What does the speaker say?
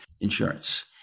insurance